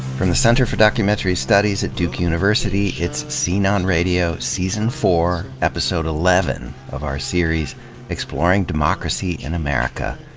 from the center for documentary studies at duke university, it's scene on radio season four, episode eleven of our series exploring democracy in america,